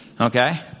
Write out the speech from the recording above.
okay